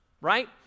right